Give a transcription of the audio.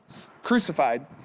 crucified